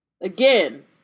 Again